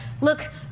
look